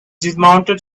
dismounted